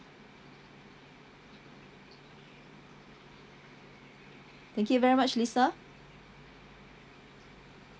thank you very much lisa